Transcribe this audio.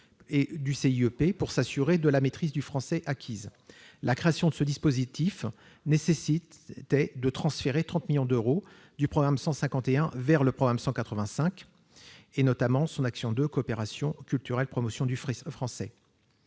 le CIEP, pour s'assurer de la maîtrise du français acquise. La création de ce dispositif nécessiterait de transférer 30 millions d'euros du programme 151 vers le programme 185, notamment son action n° 02, Coopération culturelle et promotion du français.